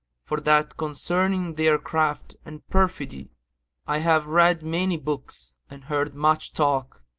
for that concerning their craft and perfidy i have read many books and heard much talk,